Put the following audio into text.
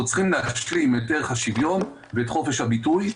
אנחנו צריכים להשלים את ערך השוויון ואת חופש הביטוי,